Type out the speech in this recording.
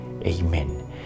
Amen